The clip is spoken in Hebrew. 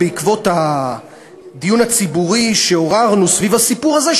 בעקבות הדיון הציבורי שעוררנו סביב הסיפור הזה,